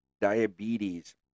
diabetes